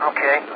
Okay